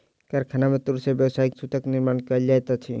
कारखाना में तूर से व्यावसायिक सूतक निर्माण कयल जाइत अछि